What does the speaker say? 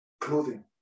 clothing